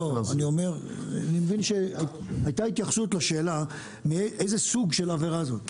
לא, הייתה התייחסות לשאלה איזה סוג של עבירה זו?